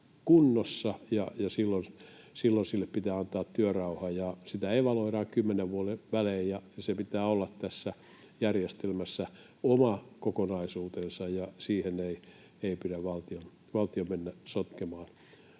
kunnossa, ja silloin sille pitää antaa työrauha. Sitä evaluoidaan kymmenen vuoden välein, ja sen pitää olla tässä järjestelmässä oma kokonaisuutensa, ja siihen ei pidä valtion mennä sotkemaan.